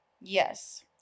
Yes